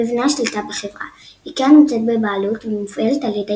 מבנה השליטה בחברה איקאה נמצאת בבעלות ומופעלת על ידי